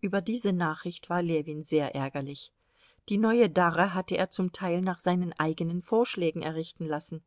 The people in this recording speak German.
über diese nachricht war ljewin sehr ärgerlich die neue darre hatte er zum teil nach seinen eigenen vorschlägen errichten lassen